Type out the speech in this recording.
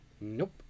Nope